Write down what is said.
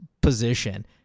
position